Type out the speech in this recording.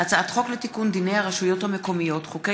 הצעת חוק לתיקון דיני הרשויות המקומיות (חוקי